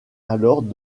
alors